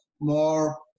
more